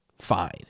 fine